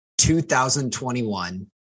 2021